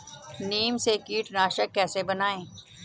नीम से कीटनाशक कैसे बनाएं?